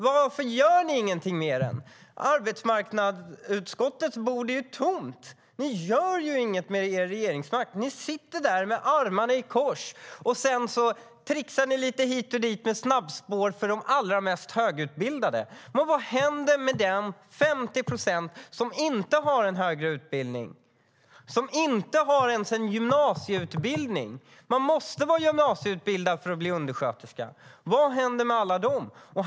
Varför gör ni ingenting med dem? Arbetsmarknadsutskottets bord är tomt. Ni gör ju inget med er regeringsmakt. Ni sitter där med armarna i kors. Sedan trixar ni lite hit och dit med snabbspår för de allra mest högutbildade. Men vad händer med de 50 procent som inte har en högre utbildning och som inte ens har en gymnasieutbildning? Man måste vara gymnasieutbildad för att bli undersköterska. Vad händer med alla dem?